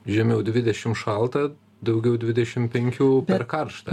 žemiau dvidešim šalta daugiau dvidešim penkių per karšta